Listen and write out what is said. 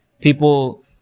people